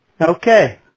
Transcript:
Okay